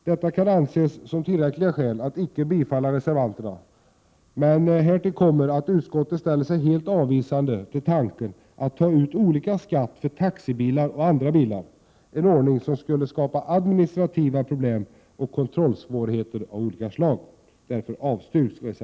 Detta kan anses som tillräckliga skäl att icke bifalla reservationen, men härtill kommer att utskottet ställer sig helt avvisande till tanken att ta ut olika skatt för taxibilar och andra bilar, en ordning som skulle skapa administrativa problem och kontrollsvårigheter av olika slag.